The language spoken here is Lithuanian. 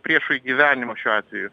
priešui gyvenimo šiuo atveju